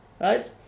Right